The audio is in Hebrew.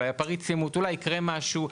אולי יקרה משהו.